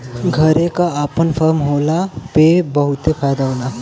घरे क आपन फर्म होला पे बहुते फायदा होला